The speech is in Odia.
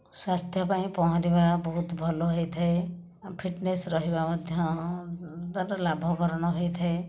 ସ୍ୱାସ୍ଥ୍ୟ ପାଇଁ ପହଁରିବା ବହୁତ ଭଲ ହୋଇଥାଏ ଫିଟନେସ ରହିବା ମଧ୍ୟ ଦ୍ୱାରା ଲାଭକରଣ ହୋଇଥାଏ